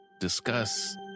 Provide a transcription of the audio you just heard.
discuss